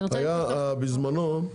בזמנו,